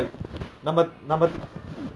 ah corn corn is fructose right